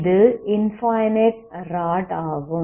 இது infinite rod ஆகும்